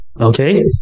Okay